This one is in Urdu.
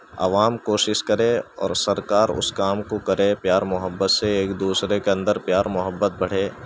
عوام کوشش کرے اور سرکار اس کام کو کرے پیار محبت سے ایک دوسرے کے اندر پیار محبت بڑھے